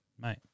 mate